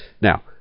Now